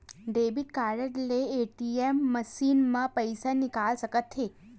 debit card ले ATM machine म पइसा निकाल सकत हे